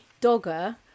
Dogger